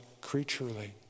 creaturely